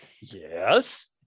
Yes